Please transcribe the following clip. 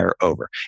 over